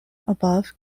above